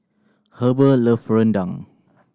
Heber love rendang